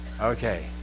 Okay